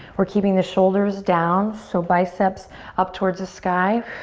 we're keeping the shoulders down. so biceps up towards the sky.